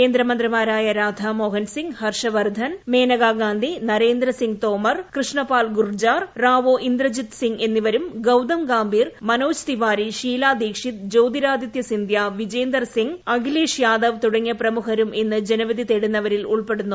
കേന്ദ്രമന്ത്രിമാരായ രാധാമോഹൻസിംഗ് ഹർഷവർധൻ മേനകാ ഗാന്ധി നരേന്ദ്രസിംഗ് തോമർ കൃഷ്ണൻപാൽ ഗുർജാർ റാവോ ഇന്ദ്രജിത് സിംഗ് എന്നിവരും ഗൌതംഗംഭൂർ മനോജ് തിവാരി ഷീലദീക്ഷിത് ജ്യോതി രാദിത്യ സിന്ധ്യ വിജേന്ദർ സിംഗ് ഭൂപീന്ദർ സിംഗ്ഹൂഡ അഖിലേഷ് യാദവ് തുടങ്ങിയ പ്രമുഖരും ഇന്ന് ജനവിധി തേടുന്നവരിൽ ഉൾപ്പെടുന്നു